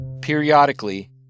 Periodically